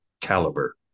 caliber